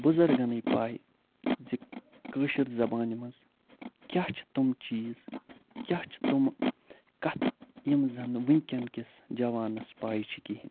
بُزرگَنٕے پَے زِ کٲشِر زبانہِ منٛز کیٛاہ چھِ تِم چیٖز کیٛاہ چھِ تِم کَتھٕ یِم زن نہٕ وٕنۍکٮ۪ن کِس جوانس پَے چھِ کِہیٖنۍ